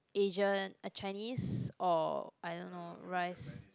Asian a Chinese or I don't know rice